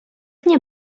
nie